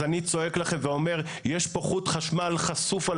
אז אני צועק לכם ואומר יש פה חוט חשמל חשוף על